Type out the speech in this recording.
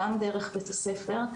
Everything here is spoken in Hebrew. גם דרך בית הספר.